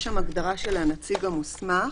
יש שם הגדרה של הנציג המוסמך,